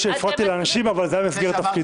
אני מודה שהפרעתי לאנשים אבל זה היה במסגרת תפקידי.